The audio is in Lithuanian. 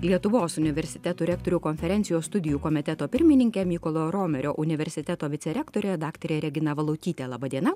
lietuvos universitetų rektorių konferencijos studijų komiteto pirmininke mykolo romerio universiteto vicerektore daktare regina valutyte laba diena